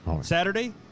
Saturday